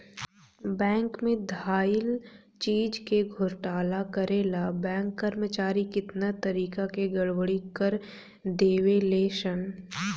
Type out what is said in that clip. bank में धइल चीज के घोटाला करे ला बैंक कर्मचारी कितना तारिका के गड़बड़ी कर देवे ले सन